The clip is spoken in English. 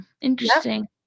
Interesting